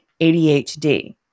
ADHD